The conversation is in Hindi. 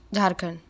झारखंड